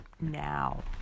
now